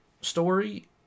story